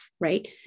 Right